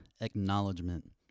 Acknowledgement